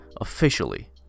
officially